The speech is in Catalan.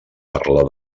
parlar